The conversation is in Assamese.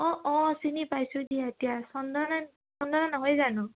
অঁ অঁ চিনি পাইছোঁ দিয়া এতিয়া চন্দনা চন্দনা নহয় জানো